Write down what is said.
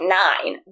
nine